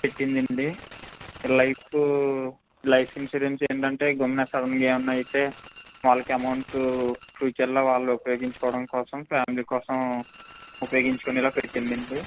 పెట్టిందండి life life insurance ఏంటంటే గమ్మున సడన్గా ఏమైనా అయితే వాళ్ళకి అమౌంట్ ఫ్యూచర్లో వాళ్ళు ఉపయోగించుకోవడం కోసం ఫ్యామిలీ కోసం ఉపయోగించుకునేలా పెట్టిందండి